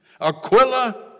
Aquila